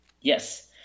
yes